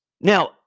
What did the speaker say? now